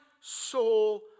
soul